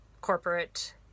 corporate